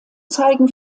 zeigen